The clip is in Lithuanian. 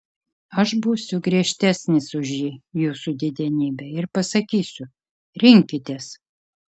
aš būsiu griežtesnis už ji jūsų didenybe ir pasakysiu rinkitės